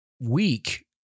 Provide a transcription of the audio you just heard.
weak